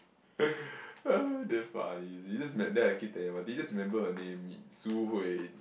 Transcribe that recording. damn funny you see this Matt then I keep telling Martin just remember her name Su-Hui